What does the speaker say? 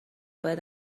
باید